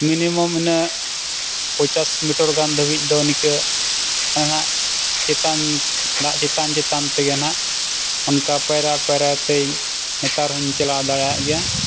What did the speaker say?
minimum ᱤᱱᱟᱹ ᱯᱚᱪᱟᱥ metre ᱜᱟᱱ ᱫᱷᱟᱹᱵᱤᱡ ᱫᱚ ᱱᱤᱠᱟᱹ ᱦᱟᱸᱜ ᱪᱮᱛᱟᱱ ᱫᱟᱜ ᱪᱮᱛᱟᱱ ᱪᱮᱛᱟᱱ ᱛᱮᱜᱮ ᱦᱟᱸᱜ ᱚᱱᱠᱟ ᱯᱟᱭᱨᱟ ᱯᱟᱭᱨᱟᱛᱮᱧ ᱱᱮᱛᱟᱨ ᱦᱚᱧ ᱪᱟᱞᱟᱣ ᱫᱟᱲᱮᱭᱟᱜ ᱜᱮᱭᱟ